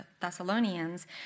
Thessalonians